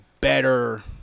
better